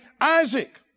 Isaac